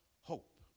hope